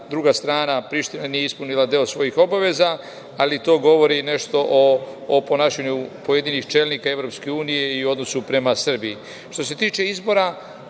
druga strana, Priština, nije ispunila deo svojih obaveza, ali to govori nešto o ponašanju pojedinih čelnika Evropske unije